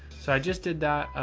so i just did that.